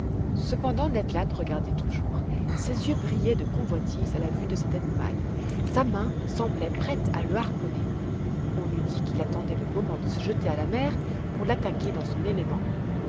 cependant ned land regardait toujours ses yeux brillaient de convoitise à la vue de cet animal sa main semblait prête à le harponner on eût dit qu'il attendait le moment de se jeter à la mer pour l'attaquer dans son élément